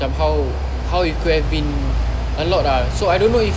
cam how how it could have been a lot ah so I don't know if